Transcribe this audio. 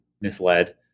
misled